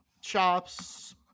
shops